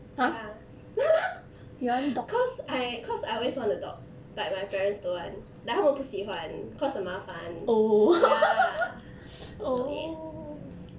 ya cause I cause I always want a dog but my parents don't want like 他们不喜欢 cause 很麻烦 ya